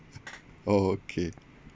oh okay